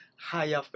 higher